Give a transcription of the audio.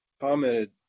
commented